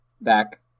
back